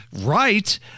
right